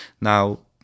Now